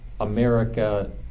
America